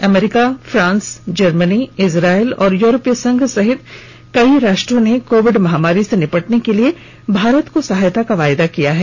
अमरीका France Germany Israel और यूरोपीय संघ सहित कई राष्ट्रों ने कोविड महामारी से निपटने के लिए भारत को सहायता का वायदा किया है